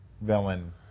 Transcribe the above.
villain